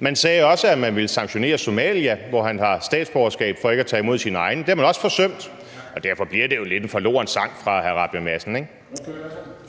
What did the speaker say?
Man sagde også, at man ville sanktionere Somalia, hvor han har statsborgerskab, for ikke at ville tage imod sine egne. Det har man også forsømt. Derfor bliver det jo lidt en forloren sang fra hr. Christian